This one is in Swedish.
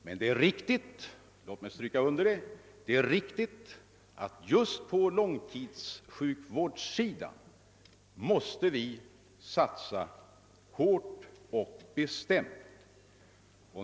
Men det är riktigt — låt mig understryka detta — att vi just på långtidssjukvårdssidan måste satsa hårt och bestämt.